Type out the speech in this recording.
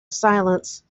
silence